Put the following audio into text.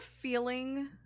feeling